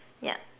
yup